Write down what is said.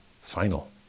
final